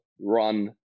run